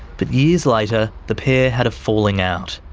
but years later the pair had a falling out.